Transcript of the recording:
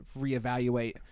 reevaluate